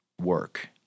work